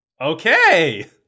Okay